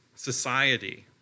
society